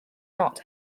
not